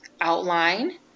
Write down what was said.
outline